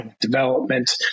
development